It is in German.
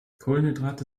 kohlenhydrate